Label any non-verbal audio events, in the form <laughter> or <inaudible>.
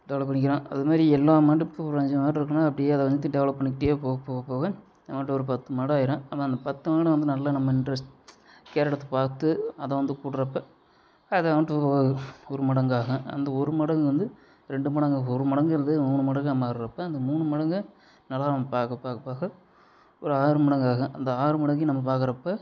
develop பண்ணிக்கிறோம் அதுமாரி எல்லா மாட்டுக்கும் இப்போ ஒரு அஞ்சு மாடு இருக்குனால் அப்படியே அதை வந்து டெவெலப் பண்ணிக்கிட்டே போக போக போக நம்மகிட்ட ஒரு பத்து மாடு ஆகிடும் நாம் அந்த பத்து மாடை வந்து நல்ல நம்ம இன்ட்ரஸ் கேர் எடுத்து பார்த்து அதை வந்து கூடுறப்ப <unintelligible> ஒரு மடங்காகும் அந்த ஒரு மடங்கு வந்து ரெண்டு மடங்காகும் ஒரு மடங்குங்கிறது மூணு மடங்காக மாறுகிறப்ப அந்த மூணு மடங்கை நல்லா நம்ம பார்க்க பார்க்க பார்க்க ஒரு ஆறு மடங்கு ஆகும் அந்த ஆறு மடங்கையும் நம்ம பார்க்குறப்ப